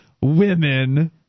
women